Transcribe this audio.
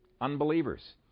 unbelievers